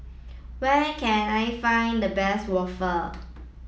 where can I find the best waffle